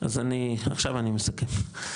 אז עכשיו אני מסכם.